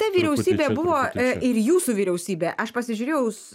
ta vyriausybė buvo ir jūsų vyriausybė aš pasižiūrėjau